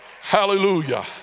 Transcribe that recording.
Hallelujah